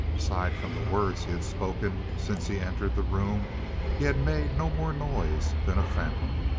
aside from the words he had spoken, since he entered the room he had made no more noise than a phantom.